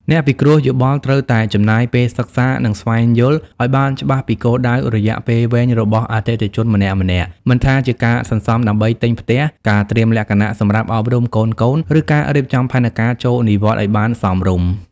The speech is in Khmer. អ្នកពិគ្រោះយោបល់ត្រូវតែចំណាយពេលសិក្សា និងស្វែងយល់ឱ្យបានច្បាស់ពីគោលដៅរយៈពេលវែងរបស់អតិថិជនម្នាក់ៗ មិនថាជាការសន្សំដើម្បីទិញផ្ទះ ការត្រៀមលក្ខណៈសម្រាប់អប់រំកូនៗ ឬការរៀបចំផែនការចូលនិវត្តន៍ឱ្យបានសមរម្យ។